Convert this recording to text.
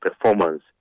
performance